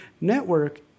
network